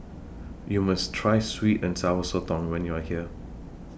YOU must Try Sweet and Sour Sotong when YOU Are here